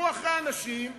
תלכו אחרי אנשים,